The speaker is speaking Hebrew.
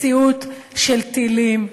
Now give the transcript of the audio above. מציאות של טילים?